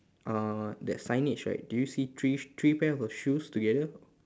uh that signage right do you see three three pairs of shoes together